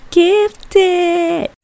gifted